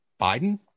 Biden